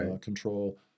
control